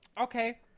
Okay